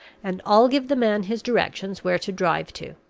and i'll give the man his directions where to drive to.